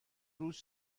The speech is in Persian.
روز